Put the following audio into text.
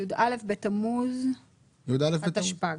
י"א בתמוז התשפ"ג.